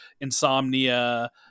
insomnia